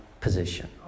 position